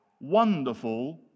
wonderful